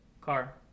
car